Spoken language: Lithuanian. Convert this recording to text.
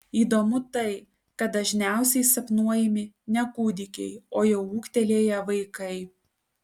įdomu tai kad dažniausiai sapnuojami ne kūdikiai o jau ūgtelėję vaikai